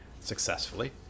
successfully